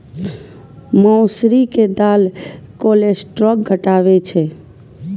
मौसरी के दालि कोलेस्ट्रॉल घटाबै छै